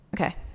okay